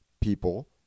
people